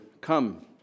come